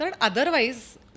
otherwise